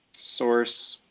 source,